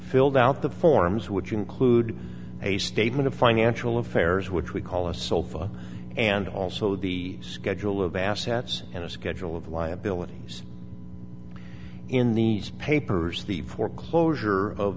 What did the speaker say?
filled out the forms which include a statement of financial affairs which we call a sofa and also the schedule of assets and a schedule of liabilities in these papers the for closure of